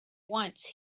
once